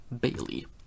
Bailey